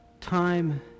Time